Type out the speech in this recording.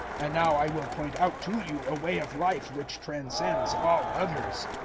and now i will point out to you a way of life which transcends all others.